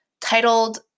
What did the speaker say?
titled